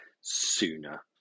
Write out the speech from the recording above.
sooner